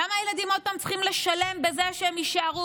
למה הילדים עוד פעם צריכים לשלם בזה שהם יישארו